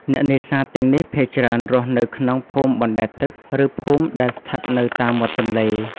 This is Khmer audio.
អ្នកនេសាទទាំងនេះភាគច្រើនរស់នៅក្នុង ភូមិបណ្តែតទឹក ឬភូមិដែលស្ថិតនៅតាមមាត់ទន្លេ។